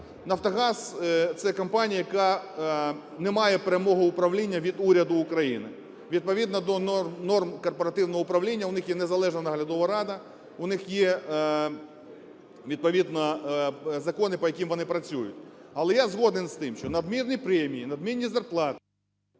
"Нафтогаз" – це компанія, яка не має перемогу управління від уряду України. Відповідно до норм корпоративного управління у них є незалежна Наглядова рада, у них є відповідно закони, по яким вони працюють. Але я згоден з тим, що надмірні премії, надмірні зарплати…